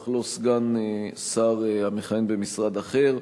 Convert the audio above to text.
אך לא סגן שר המכהן במשרד אחר.